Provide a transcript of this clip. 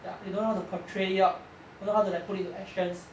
ya they don't know how to portray it out don't know how to like put it to actions